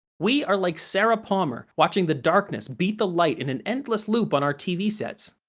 we are like sarah palmer, watching the darkness beat the light in an endless loop on our tv sets.